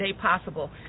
possible